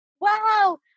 wow